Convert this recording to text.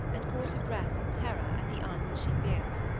and caught her breath in terror at the answer she feared.